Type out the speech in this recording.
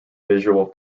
visual